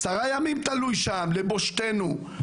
עשרה ימים זה תלוי שם למרבה ההשפלה.